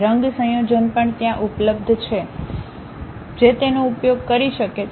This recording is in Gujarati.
રંગ સંયોજનો પણ ત્યાં ઉપલબ્ધ છે જે તેનો ઉપયોગ કરી શકે છે